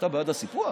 אתה בעד הסיפוח?